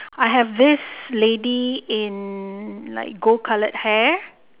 I have this lady in like gold coloured hair